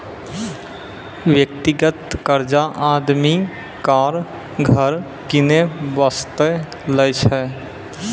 व्यक्तिगत कर्जा आदमी कार, घर किनै बासतें लै छै